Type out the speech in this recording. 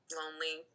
lonely